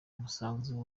umusanzu